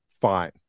fine